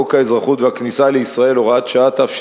חוק האזרחות והכניסה לישראל (הוראת שעה),